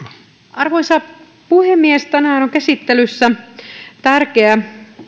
arvoisa puhemies tänään on käsittelyssä tärkeä